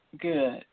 Good